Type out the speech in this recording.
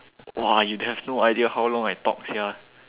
!wah! you have no idea how long I talk sia